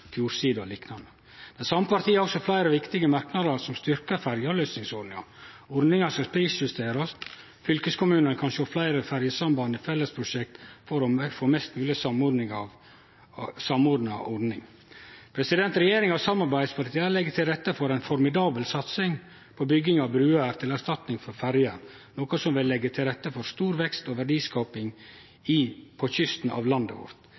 fjordsider og liknande. Dei same partia har også fleire viktige merknadar som styrkjer ferjeavløysingsordninga. Ordninga skal prisjusterast, og fylkeskommunane kan sjå fleire ferjesamband i fellesprosjekt for å få ei mest mogleg samordna ordning. Regjeringa og samarbeidspartia legg til rette for ei formidabel satsing på bygging av bruer til erstatning for ferjer, noko som vil leggje til rette for stor vekst og verdiskaping på kysten av landet vårt.